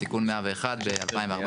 בתיקון 101 ב-2014.